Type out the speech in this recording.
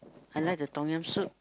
I like the Tom-Yum soup